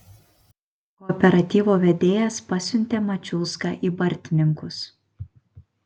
kooperatyvo vedėjas pasiuntė mačiulską į bartninkus